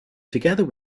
together